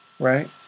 Right